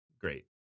great